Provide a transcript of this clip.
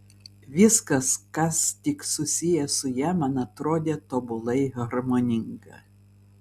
viskas kas tik susiję su ja man atrodė tobulai harmoninga